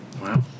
wow